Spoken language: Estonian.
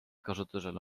kasutusele